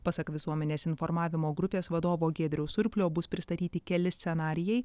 pasak visuomenės informavimo grupės vadovo giedriaus surplio bus pristatyti keli scenarijai